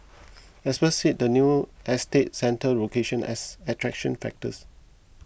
experts cited the new estate's central location as attraction factors